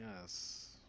Yes